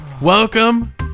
welcome